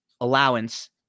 allowance